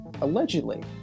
allegedly